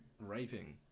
Raping